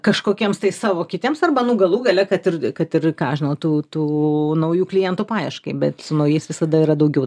kažkokiems tai savo kitiems arba nu galų gale kad ir kad ir ką žinau tų tų naujų klientų paieškai bet su naujais visada yra daugiau